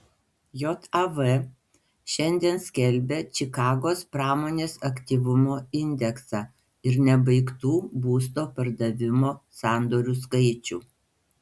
jav šiandien skelbia čikagos pramonės aktyvumo indeksą ir nebaigtų būsto pardavimo sandorių skaičių